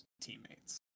teammates